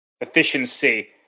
efficiency